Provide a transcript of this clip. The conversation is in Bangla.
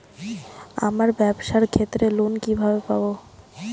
আমার ব্যবসার ক্ষেত্রে লোন কিভাবে পাব?